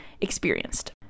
experienced